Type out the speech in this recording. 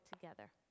together